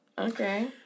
Okay